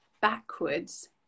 backwards